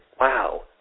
wow